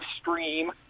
stream